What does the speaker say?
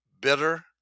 bitter